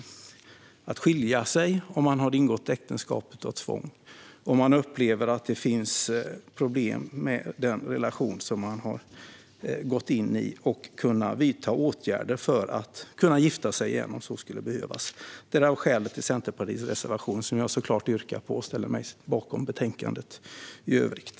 De kan skilja sig om de har ingått äktenskap under tvång och de upplever att det finns problem med den relation som de har gått in i. De kan vidta åtgärder för att kunna gifta sig igen om så skulle behövas. Därav skälet till Centerpartiets reservation som jag yrkar bifall till, och jag ställer mig bakom betänkandet i övrigt.